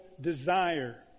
desire